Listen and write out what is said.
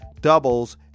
doubles